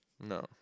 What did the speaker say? No